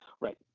Right